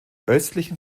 östlichen